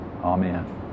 Amen